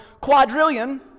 quadrillion